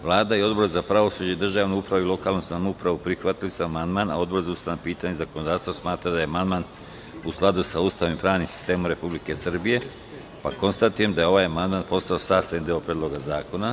Vlada i Odbor za pravosuđe, državnu upravu i lokalnu samoupravu prihvatili su amandman, a Odbor za ustavna pitanja i zakonodavstvo smatra da je amandman u skladu sa Ustavom i pravnim sistemom Republike Srbije, pa konstatujem da je ovaj amandman postao sastavni deo Predloga zakona.